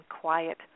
quiet